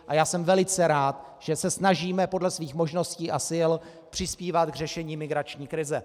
A já jsem velice rád, že se snažíme podle svých možností a sil přispívat k řešení migrační krize.